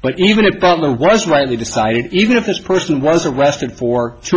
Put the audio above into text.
but even a problem was rightly decided even if this person was arrested for two